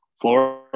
Florida